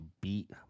beat